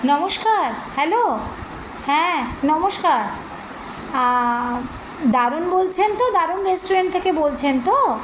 নমস্কার হ্যালো হ্যাঁ নমস্কার দারুণ বলছেন তো দারুণ রেস্টুরেন্ট থেকে বলছেন তো